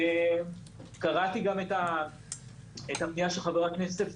וקראתי גם הפנייה של חבר הכנסת